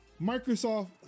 Microsoft